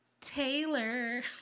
Taylor